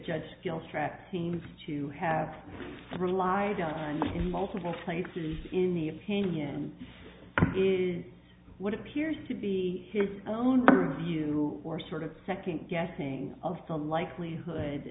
judge feels track seems to have relied on in multiple places in the opinion is what appears to be his own view or sort of second guessing of the likelihood